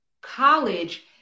college